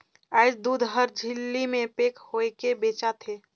आयज दूद हर झिल्ली में पेक होयके बेचा थे